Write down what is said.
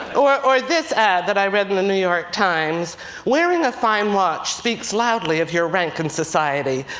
or this ad that i read in the new york times wearing a fine watch speaks loudly of your rank in society.